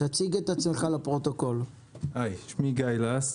שמי גיא לסט,